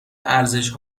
ارزش